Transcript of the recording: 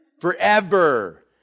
forever